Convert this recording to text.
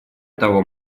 того